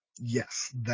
yes